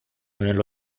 nello